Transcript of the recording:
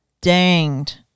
danged